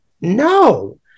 no